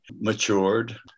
matured